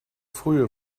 frühe